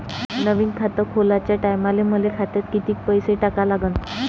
नवीन खात खोलाच्या टायमाले मले खात्यात कितीक पैसे टाका लागन?